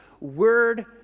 word